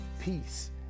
peace